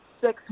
six